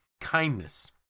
Kindness